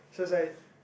so it's like